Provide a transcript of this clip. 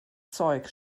zeug